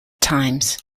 times